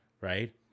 Right